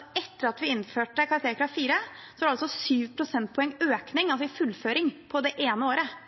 at etter at vi innførte karakterkrav 4, var det 7 pst. økning, altså i fullføring, på det ene året.